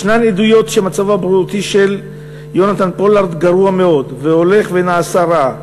ישנן עדויות שמצבו הבריאותי של פולארד גרוע מאוד והולך ונעשה רע.